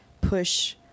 push